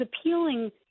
appealing